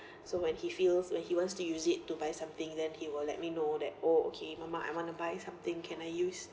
so when he feels when he wants to use it to buy something then he will let me know that oh okay mama I want to buy something can I use